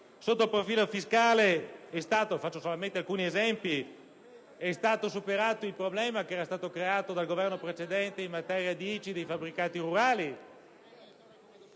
Sotto il profilo fiscale è stato superato il problema che era stato creato dal Governo precedente in materia di ICI dei fabbricati rurali